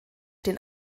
den